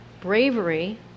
bravery